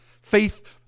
Faith